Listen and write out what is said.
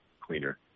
cleaner